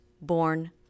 born